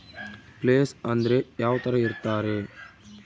Place ಅಂದ್ರೆ ಯಾವ್ತರ ಇರ್ತಾರೆ?